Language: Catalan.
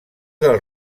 del